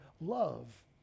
love